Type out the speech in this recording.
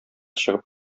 чыгып